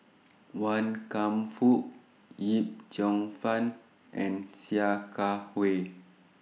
Wan Kam Fook Yip Cheong Fun and Sia Kah Hui